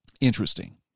Interesting